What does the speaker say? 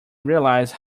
realize